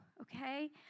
okay